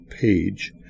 page